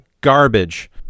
garbage